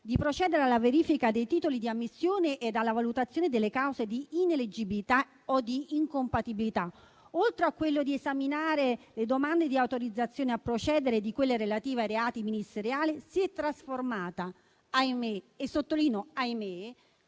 di procedere alla verifica dei titoli di ammissione e alla valutazione delle cause di ineleggibilità o di incompatibilità, oltre a quello di esaminare le domande di autorizzazione a procedere e di quelle relative ai reati ministeriali, si è trasformata - ahimè e sottolineo ahimè